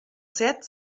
set